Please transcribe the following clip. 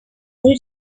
muri